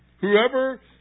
Whoever